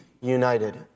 united